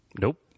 Nope